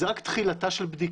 זו רק תחילתה של בדיקה,